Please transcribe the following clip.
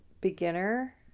beginner